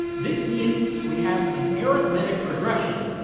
this means we have an arithmetic progression,